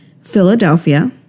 Philadelphia